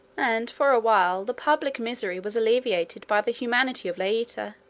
and for a while the public misery was alleviated by the humanity of laeta,